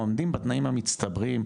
העומדים בתנאים המצטברים,